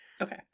Okay